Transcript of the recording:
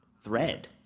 thread